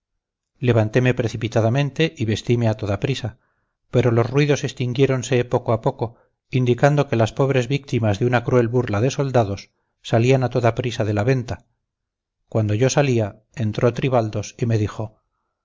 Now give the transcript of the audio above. voz levanteme precipitadamente y vestime a toda prisa pero los ruidos extinguiéronse poco a poco indicando que las pobres víctimas de una cruel burla de soldados salían a toda prisa de la venta cuando yo salía entró tribaldos y me dijo